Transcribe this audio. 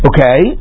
Okay